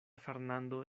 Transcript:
fernando